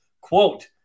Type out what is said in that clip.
Quote